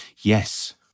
Yes